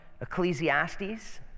Ecclesiastes